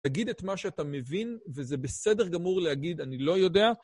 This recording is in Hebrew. תגיד את מה שאתה מבין, וזה בסדר גמור להגיד, אני לא יודע.